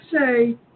say